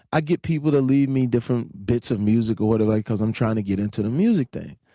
i get people to leave me different bits of music or whatever because i'm trying to get into the music thing.